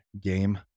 game